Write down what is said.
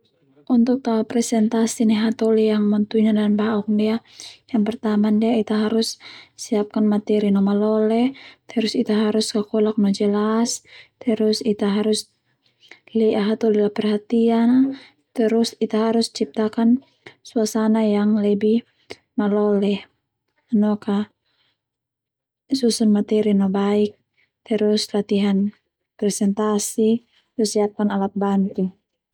Untuk tao presentasi nai hatoli yang matuaina dan bauk ndia yang pertama ndia Ita harus siapakan materi no malole terus Ita harus kakolak no jelas terus Ita harus le'a hatoli la perhatian a terus Ita harus ciptakan suasana yang lebih malole noka susun materi no baik siapakan presentasi no siapakan alat bantu.